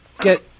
get